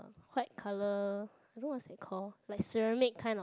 white color I don't what is it called like ceramic kinda